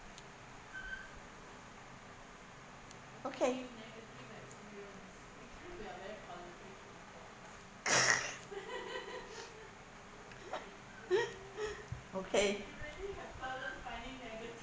okay okay